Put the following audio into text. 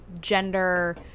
gender